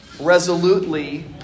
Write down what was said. resolutely